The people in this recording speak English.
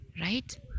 Right